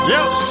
Yes